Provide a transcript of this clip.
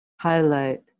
highlight